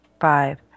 five